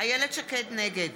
נגד